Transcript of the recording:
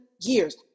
years